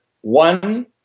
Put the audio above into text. One